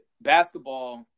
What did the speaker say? basketball